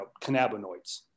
cannabinoids